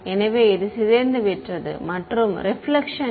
எனவே அது சிதைந்துவிட்டது மற்றும் ரெபிலேக்ஷன் இல்லை